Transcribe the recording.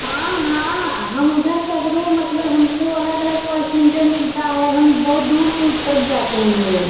हाँ हाँ हम उधर से अगर वह मतलब हमको अलग अलग पैसिंजर मिलता है हम बहुत दूर दूर तक जाते हैं